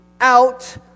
out